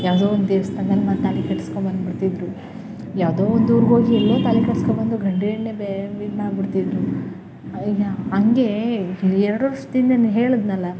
ಯಾವುದೋ ಒಂದು ದೇವಸ್ಥಾನ್ದಲ್ಲಿ ಒಂದು ತಾಳಿ ಕಟ್ಸ್ಕೊಂಡ್ಬಂದು ಬಿಡ್ತಿದ್ದರು ಯಾವುದೋ ಒಂದು ಊರಿಗೋಗಿ ಎಲ್ಲೋ ತಾಳಿ ಕಟ್ಸ್ಕೊಂಡ್ಬಂದು ಗಂಡು ಎಣ್ಣೆ ಬೇರೆ ಇದ್ಮಾಡ್ಬಿಡ್ತಿದ್ದರು ಹಂಗೆ ಎರ್ಡು ವರ್ಷದಿಂದಲೇ ಹೇಳಿದ್ನಲ್ಲ